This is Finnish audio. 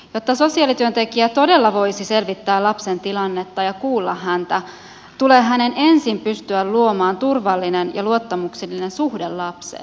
jotta sosiaalityöntekijä todella voisi selvittää lapsen tilannetta ja kuulla häntä tulee hänen ensin pystyä luomaan turvallinen ja luottamuksellinen suhde lapseen